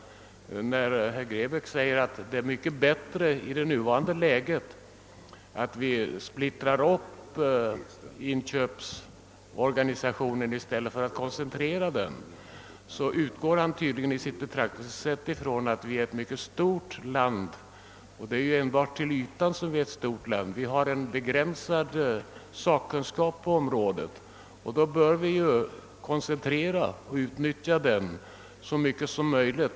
När herr Grebäck säger att det i nuvarande läge är mycket bättre att vi splittrar upp inköpsorganisationen än att vi koncentrerar den, utgår han tydligen från att Sverige är ett mycket stort land. Men det är ju bara till ytan som vårt land är stort. Vi har en begränsad sakkunskap på området, och då bör vi koncentrera och utnyttja den så mycket som möjligt.